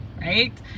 right